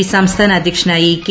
P സംസ്ഥാന അധ്യക്ഷനായി K